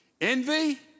Envy